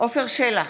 עפר שלח,